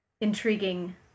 intriguing